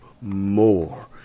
more